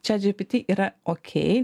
chatgpt yra okei